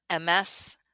MS